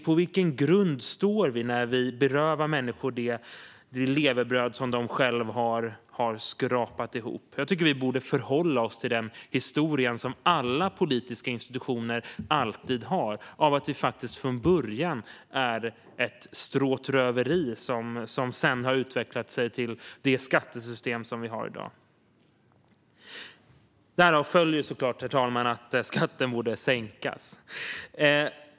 På vilken grund står vi när vi berövar människor det levebröd som de själva har skrapat ihop? Jag tycker att vi borde förhålla oss till den historia som alla politiska institutioner alltid har - att det från början är ett stråtröveri som sedan har utvecklat sig till det skattesystem som vi har i dag. Härav följer såklart, herr talman, att jag tycker att skatten borde sänkas.